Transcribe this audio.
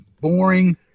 boring